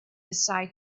aside